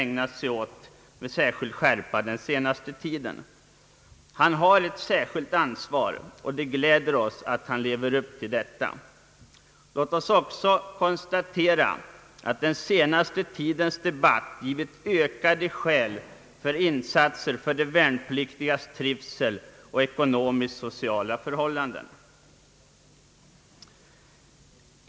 ägnat sig åt med särskild skärpa den senaste tiden. Han har ett särskilt ansvar, och det gläder oss att han lever upp till detta. Låt oss också konstatera att den senaste tidens debatt givit ökade skäl för insatser för de värnpliktigas trivsel och ekonomisk-sociala förhållanden.